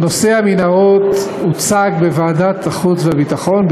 נושא המנהרות הוצג בוועדת החוץ והביטחון,